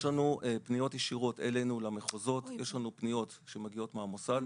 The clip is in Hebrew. יש לנו פניות ישירות אלינו אל המחוזות ויש לנו פניות שמגיעות מהמוס"ל.